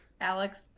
Alex